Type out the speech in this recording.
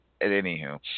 anywho